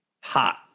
Hot